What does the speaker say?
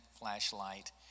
flashlight